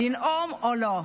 לנאום או לא.